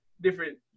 different